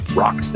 rock